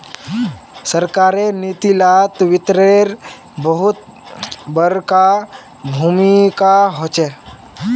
सरकारेर नीती लात वित्तेर बहुत बडका भूमीका होचे